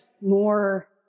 more